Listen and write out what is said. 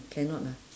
cannot lah